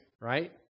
right